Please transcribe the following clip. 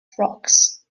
frogs